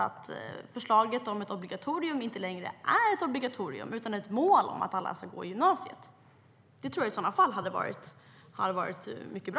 Har förslaget om ett obligatorium blivit till ett förslag om ett mål om att alla ska gå i gymnasiet? Det tror jag i så fall vore mycket bra.